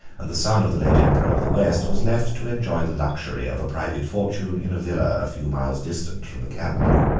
and the son of the late emperor of the west was left to enjoy the luxury of a private fortune in a villa a few miles distant from the capital.